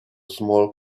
small